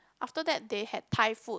after that they had Thai food